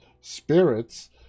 Spirits